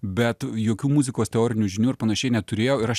bet jokių muzikos teorinių žinių ir panašiai neturėjau ir aš